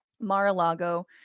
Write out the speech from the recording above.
Mar-a-Lago